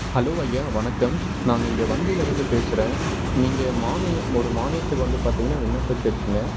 hello ஐயா வணக்கம் நாங்கள் இங்கே வங்கிலிருந்து பேசுகிறேன் நீங்கள் மானிய ஒரு மானியத்துக்கு வந்து பார்த்தீங்கன்னா விண்ணப்பிச்சுருக்கீங்க